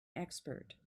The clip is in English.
expert